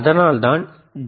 அதனால்தான் டி